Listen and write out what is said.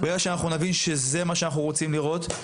ברגע שאנחנו נבין שזה מה שאנחנו רוצים לראות,